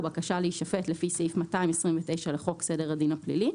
בקשה להישפט לפי סעיף 229 לחוק סדר הדין הפלילי,